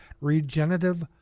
regenerative